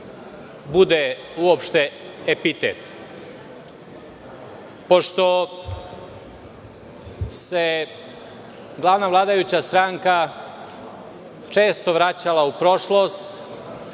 bude uopšte epitet. Pošto se glavna vladajuća stranka često vraćala u prošlost,